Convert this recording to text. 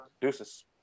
Deuces